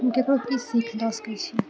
हम केकरो किछु सीख लऽ सकैत छी